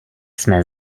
jsme